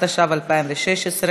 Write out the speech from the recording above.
התשע"ו 2016,